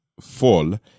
fall